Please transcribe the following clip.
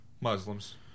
Muslims